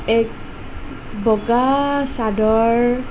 এক বগা চাদৰ